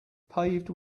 paved